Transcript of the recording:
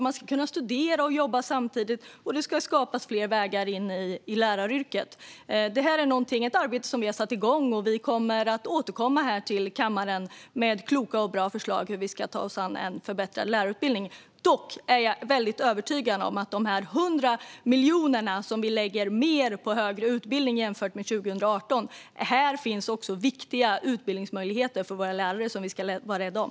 Man ska kunna studera och jobba samtidigt, och det ska skapas fler vägar in i läraryrket. Detta är ett arbete som vi har satt igång, och vi kommer att återkomma till kammaren med kloka och bra förslag på hur vi ska ta oss an en förbättrad lärarutbildning. Dock är jag övertygad om att det i de 100 miljoner mer som vi lägger på högre utbildning jämfört med 2018 finns viktiga utbildningsmöjligheter för våra lärare, som vi ska vara rädda om.